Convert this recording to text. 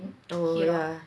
oh ya